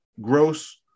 gross